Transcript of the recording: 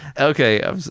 Okay